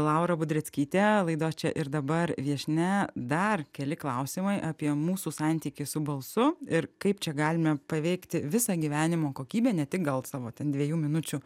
laura budreckytė laidos čia ir dabar viešnia dar keli klausimai apie mūsų santykį su balsu ir kaip čia galime paveikti visą gyvenimo kokybę ne tik gal savo ten dviejų minučių